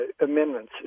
amendments